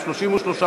33,